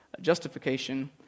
justification